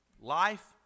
life